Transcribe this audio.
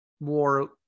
more